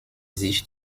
sich